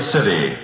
City